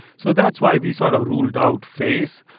so that's why we sort of ruled out face.